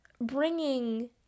bringing